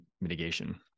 mitigation